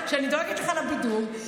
שאני דואגת לך לבידור,